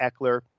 Eckler